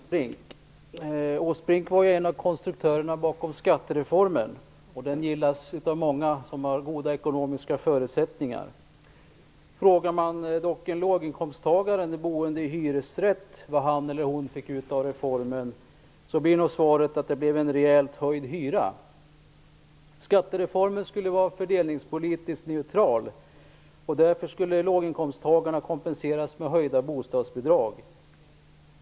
Herr talman! Jag har en fråga till statsrådet Erik Åsbrink var en av konstruktörerna bakom skattereformen. Den gillas av många som har goda ekonomiska förutsättningar. Frågar man en låginkomsttagare eller en boende i hyresrätt vad han eller hon fick ut av reformen, blir nog svaret att det blev en rejält höjd hyra. Skattereformen skulle vara fördelningspolitiskt neutral. Därför skulle låginkomsttagarna kompenseras med höjda bostadsbidrag.